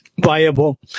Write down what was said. viable